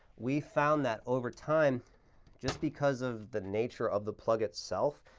we found that over time just because of the nature of the plug itself,